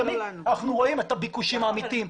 אנחנו רואים את הביקושים האמיתיים.